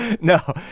No